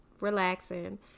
relaxing